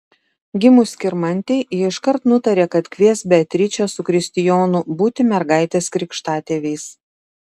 gimus skirmantei ji iškart nutarė kad kvies beatričę su kristijonu būti mergaitės krikštatėviais